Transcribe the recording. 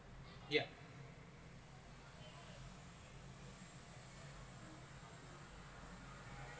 yeah